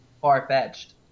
far-fetched